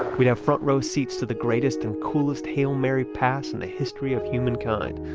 we'd have front-row seats to the greatest and coolest hail mary pass in the history of humankind.